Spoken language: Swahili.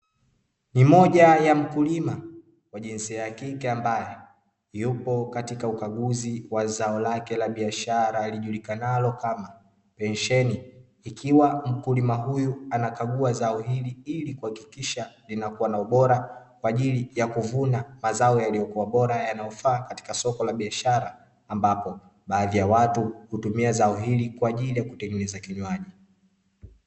Ni moja ya mkulima wa jinsia ya kike ambaye yupo katika ukaguzi wa zao lake la biashara lijulikanayo kama pensheni. Ikiwa mkulima huyu anakagua zao hili ili kuhakikisha linakuwa na ubora kwa ajili ya kuvuna mazao yakiyokuwa bora yanayofaa katika soko la biashara, ambapo baadhi ya watu hutumia zao hili kwa ajili ya kutengeneza kinywaji.